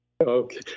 Okay